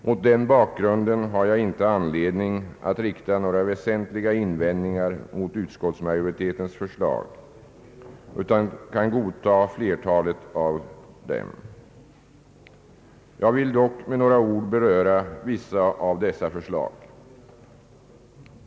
Mot den bakgrunden har jag inte "anledning att rikta några väsentliga invändningar mot utskottsmajoritetens förslag utan kan godta det stora flertalet av dessa, men jag vill med några ord: beröra vissa av dessa förslag.